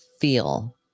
feel